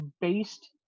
based